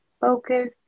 Focus